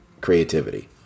creativity